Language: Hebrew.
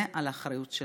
זה על אחריותנו.